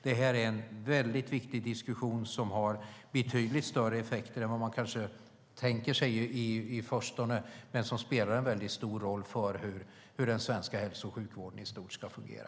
Detta är en väldigt viktig diskussion som har betydligt större effekter än vad man kanske tänker sig i förstone. Det spelar en väldigt stor roll för hur den svenska hälso och sjukvården i stort ska fungera.